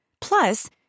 Plus